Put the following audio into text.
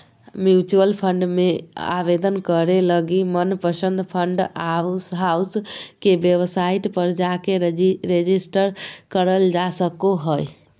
mutual fund मे आवेदन करे लगी मनपसंद फंड हाउस के वेबसाइट पर जाके रेजिस्टर करल जा सको हय